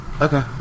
Okay